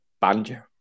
banjo